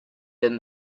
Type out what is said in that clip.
than